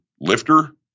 lifter